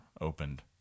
Opened